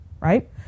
right